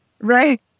right